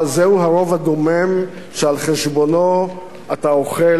זהו הרוב הדומם שעל-חשבונו אתה אוכל.